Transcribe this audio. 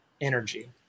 energy